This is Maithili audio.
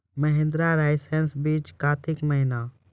महिंद्रा रईसा बीज कार्तिक महीना?